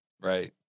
Right